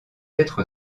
être